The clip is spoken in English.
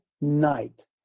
night